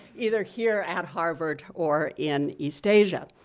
either here at harvard or in east asia.